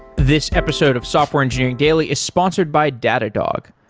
this episode of software engineering daily is sponsored by datadog.